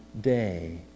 day